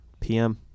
PM